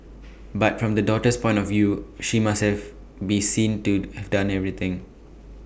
but from the daughter's point of view she must have be seen to have done everything